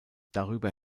darüber